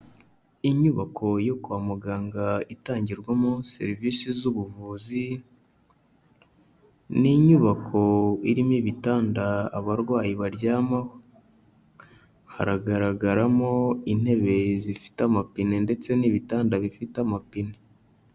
Inyubako yo kwa muganga itangirwamo serivisi z'ubuvuzi; ni inyubako irimo ibitanda abarwayi baryamaho, haragaragaramo intebe zifite amapine ndetse n'ibitanda bifite amapine.